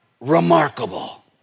remarkable